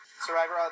Survivor